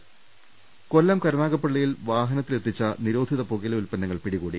അർട കൊല്ലം കരുനാഗപ്പള്ളിയിൽ വാഹനത്തിലെത്തിച്ച നിരോധിത പുകയില ഉത്പന്നങ്ങൾ പിടികൂടി